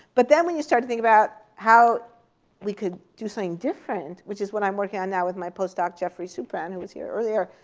but then when you start to think about how we could do something different, which is what i'm working on now with my post-doc geoffrey supran who was here earlier,